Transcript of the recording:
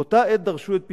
באותה העת דרשו את פיטוריו,